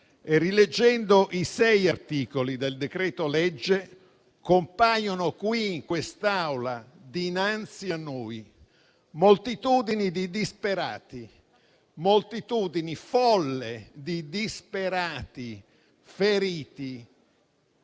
rileggendo i sei articoli del decreto-legge, compaiono qui in quest'Aula, dinanzi a noi, moltitudini di disperati, folle di disperati, feriti,